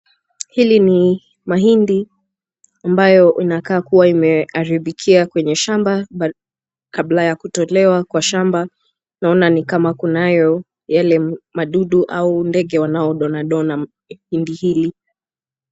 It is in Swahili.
Hili ni mahindi ambayo inakaa kuwa imeharibikia kwenye shamba kabla ya kutolewa kwa shamba naona ni kama kunayo yale madudu au ndege wanaodonadona hindi hili.